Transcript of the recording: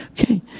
Okay